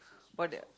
what